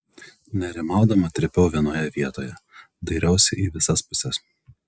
nerimaudama trypiau vienoje vietoje dairiausi į visas puses